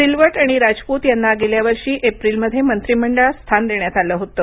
सिलवत आणि राजपूत यांना गेल्यावर्षी एप्रिलमध्ये मंत्रिमंडळात स्थान देण्यात आलं होतं